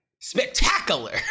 Spectacular